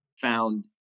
found